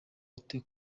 ute